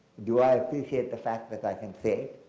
do i appreciate the fact that i can say it,